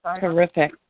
Terrific